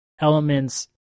elements